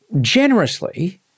generously